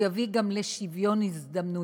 הוא יביא גם לשוויון הזדמנויות